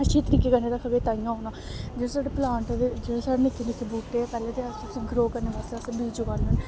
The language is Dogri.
अच्छे तरीके कन्नै रक्खगे ताइयें ओह् होना जेह्ड़ा साढ़े प्लांट दे जेह्ड़े साढ़े निक्के निक्के बूह्टे ऐ पैह्लें ते अस ग्रो करने बास्तै उसी बीज उगान्ने होन्ने